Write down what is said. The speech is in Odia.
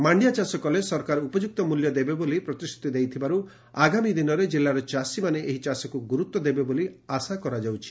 ମାଣ୍ଡିଆ ଚାଷ କଲେ ସରକାର ଉପଯୁକ୍ତ ମିଲ୍ୟ ଦେବେ ବୋଲି ପ୍ରତିଶ୍ରତି ଦେଇଥିବାରୁ ଆଗାମୀ ଦିନରେ ଜିଲ୍ଲାର ଚାଷୀମାନେ ଏହି ଚାଷକୁ ଗୁରୁତ୍ୱ ଦେବେ ବୋଲି ଆଶା କରାଯାଉଛି